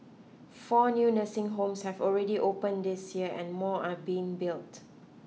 four new nursing homes have already open this year and more are being built